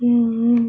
ya